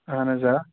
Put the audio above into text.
اَہن حظ آ